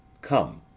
come,